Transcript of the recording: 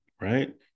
Right